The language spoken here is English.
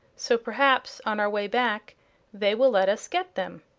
so perhaps on our way back they will let us get them.